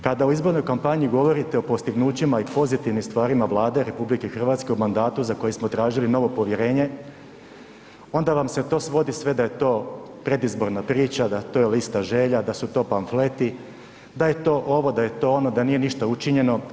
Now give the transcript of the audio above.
Kada u izbornoj kampanji govorite o postignućima i pozitivnim stvarima Vlade RH o mandatu za koji smo tražili novo povjerenje onda vam se to svodi da je sve to predizborna priča, da je to lista želja, da su to pamfleti, da je to ovo, da je to ono, da nije ništa učinjeno.